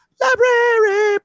library